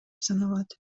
саналат